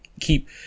keep